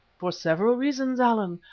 for several reasons, allan,